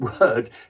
word